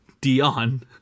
Dion